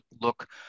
look